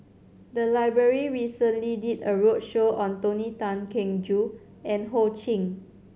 the library recently did a roadshow on Tony Tan Keng Joo and Ho Ching